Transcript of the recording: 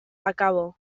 akabo